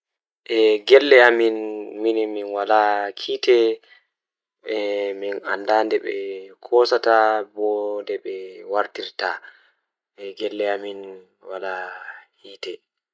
Ko laawol rewɓe, light switches rewɓe njiddaade firti rewɓe fiyaangu. Ko rewɓe njiddaade rewɓe ko rewɓe sabu rewɓe tawa rewɓe ngal, rewɓe njiddaade ngal goɗɗo sabu njamaaji.